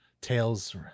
tales